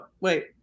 wait